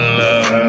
love